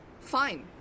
Fine